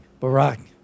Barack